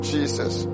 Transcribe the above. Jesus